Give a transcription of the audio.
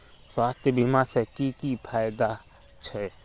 स्वास्थ्य बीमा से की की फायदा छे?